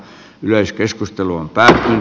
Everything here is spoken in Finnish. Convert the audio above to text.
myös keskusteluun päin